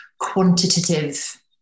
quantitative